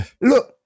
look